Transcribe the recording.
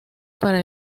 para